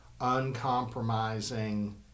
uncompromising